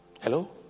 Hello